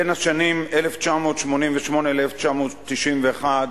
בשנים 1988 1991,